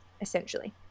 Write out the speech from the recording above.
essentially